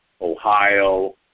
Ohio